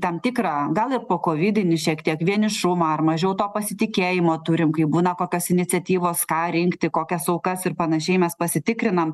tam tikrą gal ir po kovidinį šiek tiek vienišumą ar mažiau to pasitikėjimo turim kai būna kokios iniciatyvos ką rinkti kokias aukas ir panašiai mes pasitikrinam